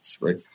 Right